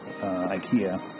IKEA